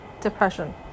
depression